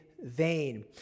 vain